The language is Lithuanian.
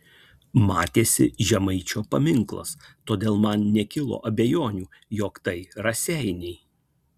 matėsi žemaičio paminklas todėl man nekilo abejonių jog tai raseiniai